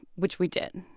which we did,